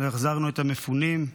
והחזרנו את המפונים?